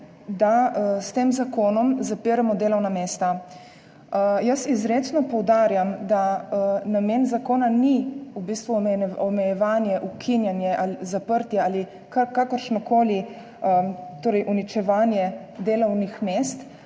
da s tem zakonom zapiramo delovna mesta. Izrecno poudarjam, da namen zakona ni omejevanje, ukinjanje, zaprtje ali kakršnokoli uničevanje delovnih mest,